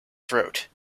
throat